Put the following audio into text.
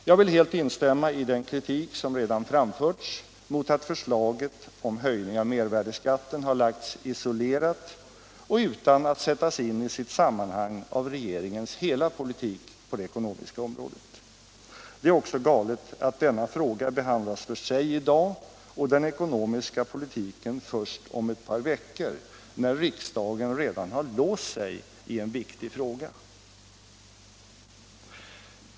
Jag vill helt instämma i den kritik som redan framförts mot att förslaget om höjning av mervärdeskatten lagts isolerat och utan att sättas in i sammanhanget av regeringens hela politik på det ekono miska området. Det är också galet att denna fråga behandlas för sig i dag och den ekonomiska politiken först om ett par veckor, när riksdagen redan har låst sig i en viktig fråga.